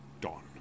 dawn